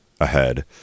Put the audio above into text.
ahead